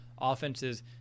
offenses